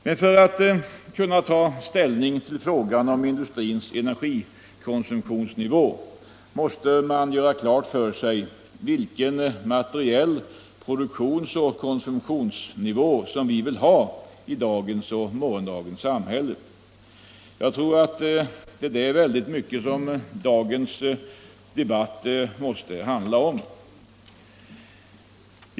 Men för att kunna ta ställning till frågan om industrins energikonsumtionsnivå måste man göra klart för sig vilken materiell produktionsoch konsumtionsnivå som vi vill ha i dagens och morgondagens samhälle. Det är detta som dagens debatt måste handla om.